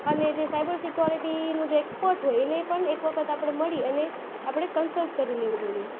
અને જે સાઈબર સિક્યોરિટીનું જે એક્સપર્ટ હોય એને પણ એક વખત આપણે મળી અને આપણે કન્સલ્ટ કરી લેવી જોઈએ